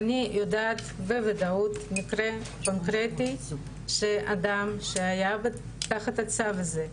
אני יודעת בוודאות מקרה קונקרטי שאדם שהיה תחת הצו הזה,